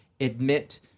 admit